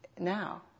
now